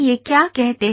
यह क्या कहते हैं